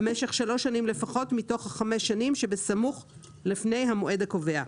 במשך שלוש שנים לפחות מתוך חמש השנים שבסמוך לפני המועד הקובע.